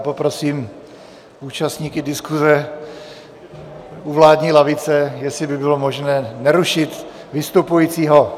Poprosím účastníky diskuse u vládní lavice, jestli by bylo možné nerušit vystupujícího.